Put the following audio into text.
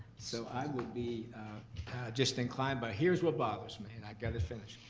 so i would be just inclined. but here's what bothers me, and i gotta finish.